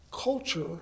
culture